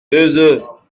oeufs